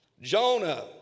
Jonah